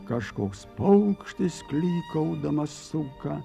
kažkoks paukštis klykaudamas suka